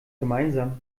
gemeinsam